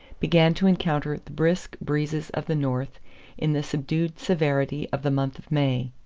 began to encounter the brisk breezes of the north in the subdued severity of the month of may.